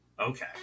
okay